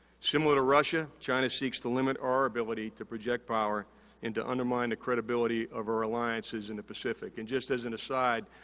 similar to russia, china seeks to limit our ability to project power and to undermine the credibility of our alliances in the pacific. and, just as an aside,